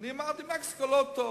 ואני אמרתי מקסיקו וזה לא טוב?